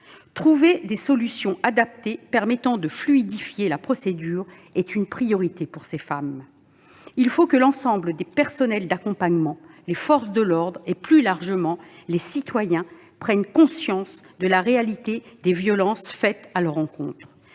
Trouver des solutions adaptées permettant de fluidifier la procédure est une priorité pour ces femmes. Il faut que l'ensemble des personnels d'accompagnement, les forces de l'ordre et plus largement les citoyens prennent conscience de la réalité des violences exercées à leur encontre.